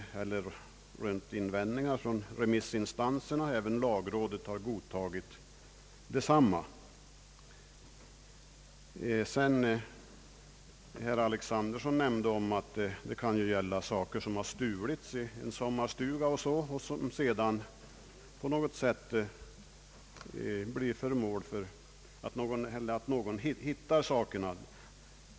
kortare förvaringstider för hittegods heller rönt invändningar från remissinstanserna. Även lagrådet har godtagit desamma. Herr Alexanderson nämnde att det ju kan vara fråga om saker som har stulits i en sommarstuga och som sedan upphittas av någon.